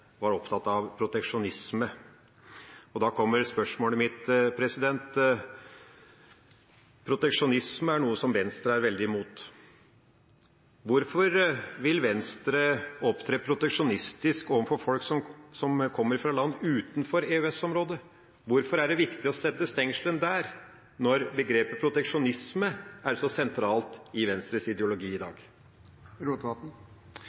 var opptatt av proteksjonisme. Da kommer spørsmålet mitt: Proteksjonisme er noe som Venstre er veldig imot. Hvorfor vil Venstre opptre proteksjonistisk overfor folk som kommer fra land utenfor EØS-området? Hvorfor er det viktig å sette stengslene der, når begrepet «proteksjonisme» er så sentralt i Venstres ideologi i